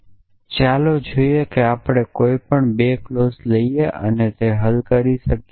તેથી ચાલો જોઈએ કે આપણે કોઈપણ 2 ક્લોઝ લઈ શકીએ અને તેને હલ કરી શકીએ